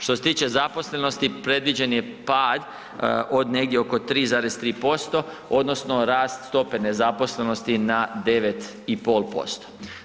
Što se tiče zaposlenosti predviđen je pad od negdje 3,3% odnosno rast stope nezaposlenosti na 9,5%